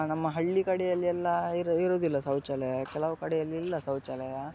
ನಮ್ಮ ಹಳ್ಳಿ ಕಡೆಯಲ್ಲೆಲ್ಲ ಇರು ಇರೋದಿಲ್ಲ ಶೌಚಾಲಯ ಕೆಲವು ಕಡೆಯಲ್ಲಿಲ್ಲ ಶೌಚಾಲಯ